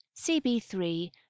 CB3